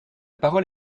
parole